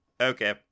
okay